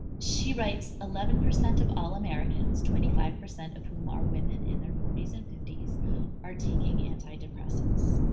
she writes, eleven percent of all americans twenty five percent of whom are women in their forty s and fifty s are taking antidepressants.